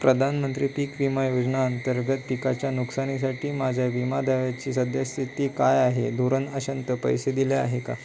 प्रधानमंत्री पीक विमा योजना अंतर्गत पिकाच्या नुकसानीसाठी माझ्या विमा दाव्याची सद्यस्थिती काय आहे धोरण अशांत पैसे दिले आहे का